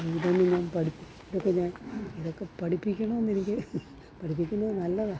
ഇത് മുഴുവൻ പഠിപ്പിക്കുക ഇതൊക്കെ പഠിപ്പിക്കണമെന്ന് എനിക്ക് പഠിപ്പിക്കുന്നത് നല്ലതാണ്